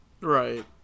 right